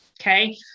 okay